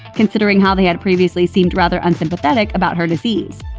considering how they had previously seemed rather unsympathetic about her disease.